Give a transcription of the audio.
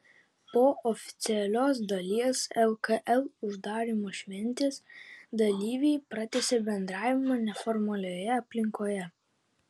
po oficialiosios dalies lkl uždarymo šventės dalyviai pratęsė bendravimą neformalioje aplinkoje